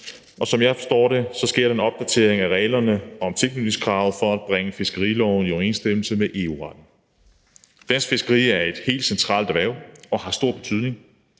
og som jeg forstår det, sker den opdatering af reglerne om tilknytningskravet for at bringe fiskeriloven i overensstemmelse med EU-retten. Dansk fiskeri er et helt centralt erhverv og har stor betydning.